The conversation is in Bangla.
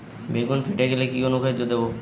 বেগুন ফেটে গেলে কি অনুখাদ্য দেবো?